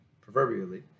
proverbially